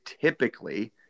typically